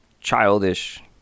childish